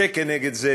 זה נגד זה,